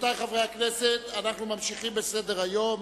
רבותי חברי הכנסת, אנחנו ממשיכים בסדר-היום.